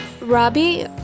Robbie